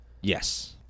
Yes